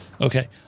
Okay